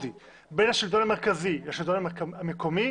נשמע את השלטון המקומי,